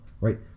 right